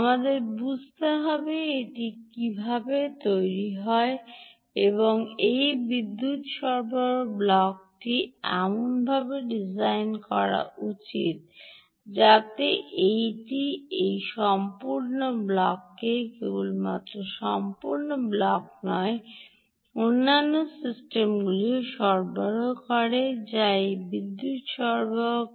আমাদের বুঝতে হবে এটি কীভাবে এটি হয় এই বিদ্যুৎ সরবরাহ ব্লকটি এমনভাবে ডিজাইন করা উচিত যাতে এটি এই সম্পূর্ণ ব্লককে কেবলমাত্র সম্পূর্ণ ব্লক নয় অন্যান্য সিস্টেমগুলিও সরবরাহ করে যা এই বিদ্যুৎ সরবরাহ করে